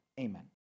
Amen